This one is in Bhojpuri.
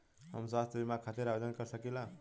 हम स्वास्थ्य बीमा खातिर आवेदन कर सकीला?